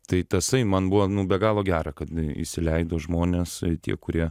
tai tasai man buvo nu be galo gera kad jinai įsileido žmones tie kurie